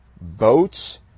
boats